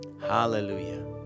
Hallelujah